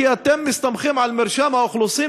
כי אתם מסתמכים על מרשם האוכלוסין,